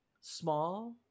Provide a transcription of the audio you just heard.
small